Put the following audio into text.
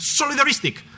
solidaristic